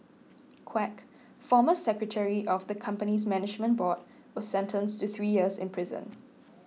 Quek former secretary of the company's management board was sentenced to three years in prison